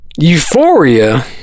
Euphoria